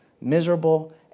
miserable